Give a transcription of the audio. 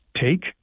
take